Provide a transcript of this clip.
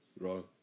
right